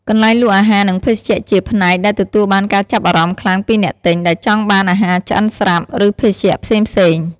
កន្លែងលក់អាហារ និងភេសជ្ជៈជាផ្នែកដែលទទួលបានការចាប់អារម្មណ៍ខ្លាំងពីអ្នកទិញ ដែលចង់បានអាហារឆ្អិនស្រាប់ ឬភេសជ្ជៈផ្សេងៗ។